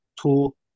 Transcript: two